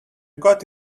got